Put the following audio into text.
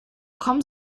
kommen